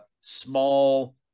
small